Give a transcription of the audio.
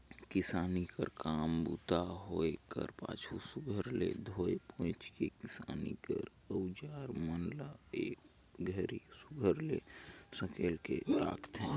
किसानी कर काम बूता होए कर पाछू सुग्घर ले धोए पोएछ के किसानी कर अउजार मन ल एक घरी सुघर ले सकेल के राखथे